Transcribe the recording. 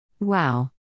Wow